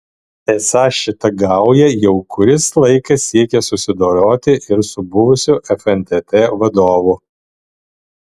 esą šita gauja jau kuris laikas siekia susidoroti ir su buvusiu fntt vadovu